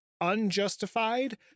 unjustified